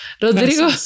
Rodrigo